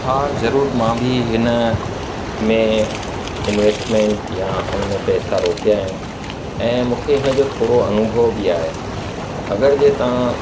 हा ज़रूरु मां बि हिन में इंवेस्टमेंट या उनमें पैसा रोकिया आहिनि ऐं मूंखे हिनजो थोरो अनुभव बि आहे अगरि जे तव्हां